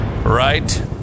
Right